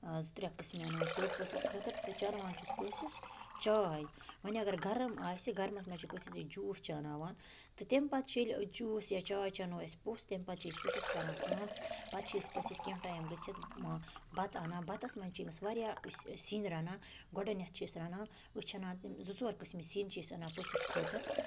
زٕ ترٛےٚ قٕسمہِ اَنان ژوٚٹ پٔژھِس خٲطرٕ تہٕ چاناوان چھِس پٲژھِس چاے وۄنۍ اگر گَرَم آسہِ گَرمَس منٛز چھِ پٔژھِس أسۍ جوٗس چاناوان تہٕ تَمہِ پَتہٕ چھِ ییٚلہِ جوٗس یا چاے چَاناوو اَسہِ پوٚژھ تَمہِ پَتہٕ چھِ أسۍ پٔژھِس کَران کٲم پَتہٕ چھِ أسۍ پٔژھِس کیٚنٛہہ ٹایِم گٔژھِتھ بَتہٕ اَنان بَتَس منٛز چھِ أمِس واریاہ سِنۍ رَنان گۄڈٕنٮ۪تھ چھِ أسۍ رَنان أسۍ چھِ اَنان تِم زٕ ژور قٕسمہِ سِنۍ چھِ أسۍ اَنان پٔژھِس خٲطٕر